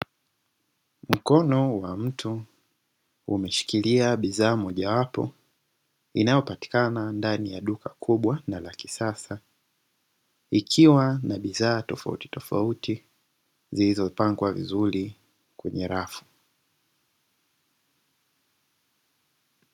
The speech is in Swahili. Mkono wa mtu imeshikilia bidhaa mojawapo inayopatikana katika duka kubwa na la kisasa, ikiwa na bidhaa tofautitofauti zilizopangwa vizuri kwenye rafu.